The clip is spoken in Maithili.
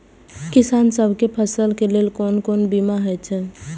किसान सब के फसल के लेल कोन कोन बीमा हे छे?